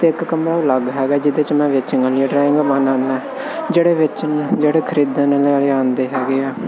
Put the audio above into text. ਅਤੇ ਇੱਕ ਕਮਰਾ ਅਲੱਗ ਹੈਗਾ ਜਿਹਦੇ 'ਚ ਮੈਂ ਵੇਚਣ ਵਾਲੀਆਂ ਡਰਾਇੰਗਾਂ ਬਣਾਉਂਦਾ ਹੁੰਦਾ ਜਿਹੜੇ ਵੇਚਣੀਆਂ ਜਿਹੜੇ ਖਰੀਦਣੇ ਵਾਲੇ ਆਉਂਦੇ ਹੈਗੇ ਆ